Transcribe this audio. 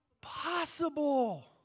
possible